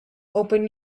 open